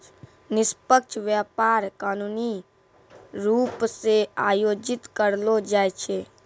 निष्पक्ष व्यापार कानूनी रूप से आयोजित करलो जाय छै